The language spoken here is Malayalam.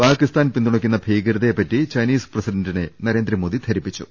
പാകിസ്ഥാൻ പിന്തുണക്കുന്ന ഭീകരതയെ പറ്റി ചൈനീസ് പ്രസിഡന്റിനെ നരേന്ദ്ര മോദി ധരിപ്പിച്ചു